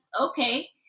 okay